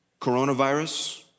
coronavirus